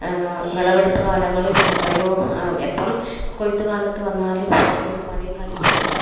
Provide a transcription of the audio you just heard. വിളവെടുപ്പ് കാലങ്ങളിൽ എത്രയോ എപ്പം കൊയ്ത്ത് കാലത്ത് വന്നാലും എപ്പോഴും മഴയും കാര്യങ്ങളുവായിരിക്കും